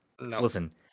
listen